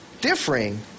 differing